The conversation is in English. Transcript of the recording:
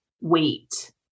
weight